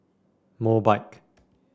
Mobike